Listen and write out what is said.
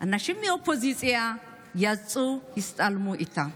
אנשים מהאופוזיציה יצאו והצטלמו איתם.